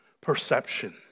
perception